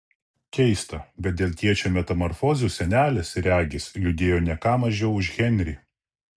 keista bet dėl tėčio metamorfozių senelis regis liūdėjo ne ką mažiau už henrį